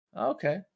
Okay